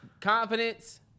Confidence